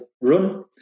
run